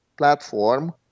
Platform